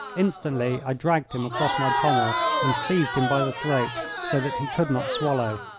instantly i dragged him across my pommel and seized him by the throat, so that he could not swallow.